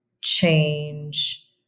change